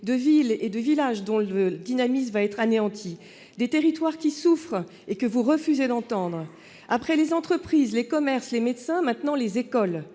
de villes et de villages dont le dynamisme va être anéanti, de territoires qui souffrent et que vous refusez d'entendre ! Après les entreprises, les commerces et les médecins, ce sont maintenant les écoles